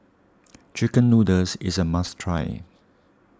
Chicken Noodles is a must try